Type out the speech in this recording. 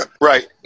Right